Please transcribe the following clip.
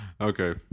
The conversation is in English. okay